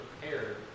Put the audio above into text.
prepared